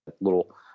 little